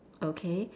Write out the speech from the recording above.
okay